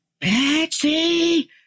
Betsy